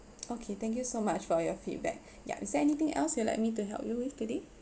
okay thank you so much for your feedback yeah is there anything else you like me to help you with today